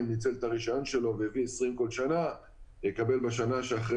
ניצל את הרישיון שלו והביא 20 כל שנה יקבל בשנה שאחרי